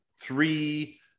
three